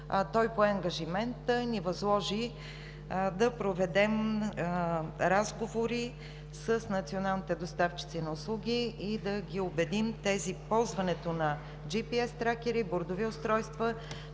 той пое ангажимент и ни възложи да проведем разговори с националните доставчици на услуги и да ги убедим ползването на тези GPS тракери, бордови устройства